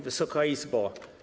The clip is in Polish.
Wysoka Izbo!